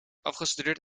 afgestudeerd